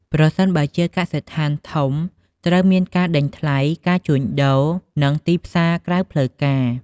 ប្រសិនបើជាកសិដ្ឋានធំ ត្រូវមានការដេញថ្លៃ ការជួញដូរ និងទីផ្សារក្រៅផ្លូវការ។